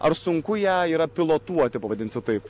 ar sunku ją yra pilotuoti pavadinsiu taip